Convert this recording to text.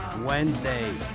wednesday